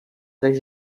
tres